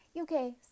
Okay